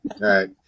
right